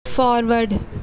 forward